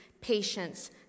patience